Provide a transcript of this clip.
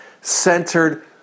centered